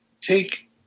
take